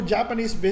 Japanese